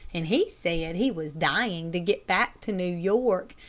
and he said he was dying to get back to new york,